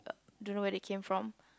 don't know where they came from